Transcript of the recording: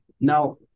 Now